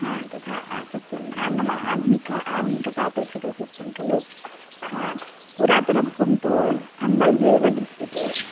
हा तथा सत्यं नाम आधुक आधुनिकता अपेक्षते इत्युक्तं खलु अतः पुरातनत्वं तु स्तम्भैः एव दृश्यते